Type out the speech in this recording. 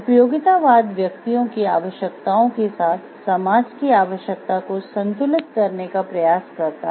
उपयोगितावाद व्यक्तियों की आवश्यकताओं के साथ समाज की आवश्यकता को संतुलित करने का प्रयास करता है